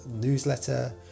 newsletter